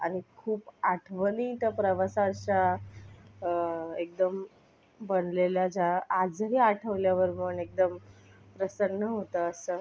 आणि खूप आठवणी त्या प्रवासाच्या एकदम बनलेल्या ज्या आजही आठवल्यावर मन एकदम प्रसन्न होतं असं